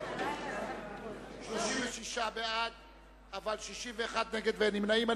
אין נמנעים.